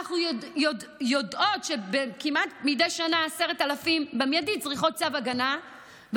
אנחנו יודעות שמדי שנה כמעט 10,000 צריכות צו הגנה במיידי,